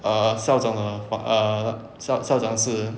err 校长的 err 校校长室